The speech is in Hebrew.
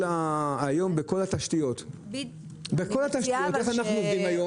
היום, בכל התשתיות, איך אנחנו עובדים היום?